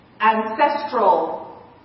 ancestral